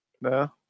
No